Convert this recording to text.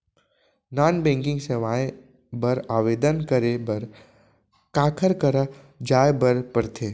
non banking सेवाएं बर आवेदन करे बर काखर करा जाए बर परथे